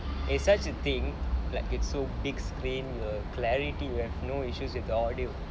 a such a thing like it so big screen the clarity you have no issues with the audio